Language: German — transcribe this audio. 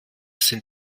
sind